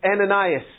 Ananias